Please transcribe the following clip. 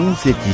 c'est